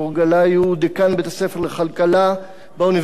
שהוא דיקן בית-הספר לכלכלה באוניברסיטה העברית,